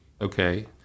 Okay